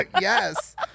Yes